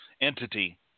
entity